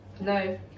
No